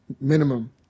minimum